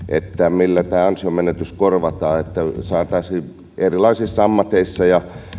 millä tämä ansionmenetys korvataan jotta saataisiin erilaisissa ammateissa ja